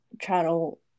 channel